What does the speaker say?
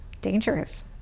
dangerous